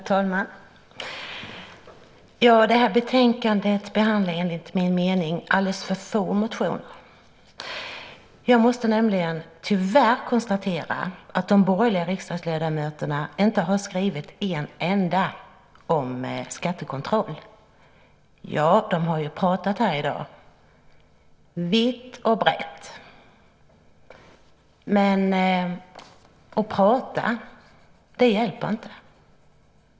Herr talman! I det här betänkandet behandlas enligt min mening alldeles för få motioner. Jag måste nämligen tyvärr konstatera att de borgerliga riksdagsledamöterna inte har skrivit en enda motion om skattekontroll. Ja, de har pratat här i dag vitt och brett, men att prata hjälper inte!